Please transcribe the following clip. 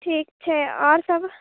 ठीक छै आओर सब